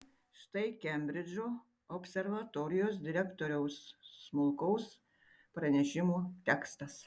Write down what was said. štai kembridžo observatorijos direktoriaus smulkaus pranešimo tekstas